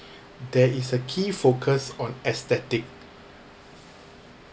there is a key focus on aesthetic